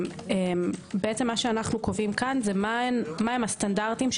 מה שאנו קובעים כאן זה מהם הסטנדרטים של